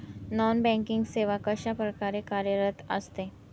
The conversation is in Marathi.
नॉन बँकिंग सेवा कशाप्रकारे कार्यरत असते?